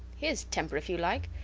heres temper, if you like.